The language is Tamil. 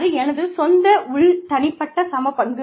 அது எனது சொந்த உள் தனிப்பட்ட சமபங்கு